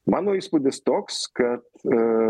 mano įspūdis toks kad